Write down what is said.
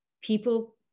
people